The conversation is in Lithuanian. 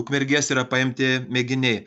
ukmergės yra paimti mėginiai